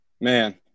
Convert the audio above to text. man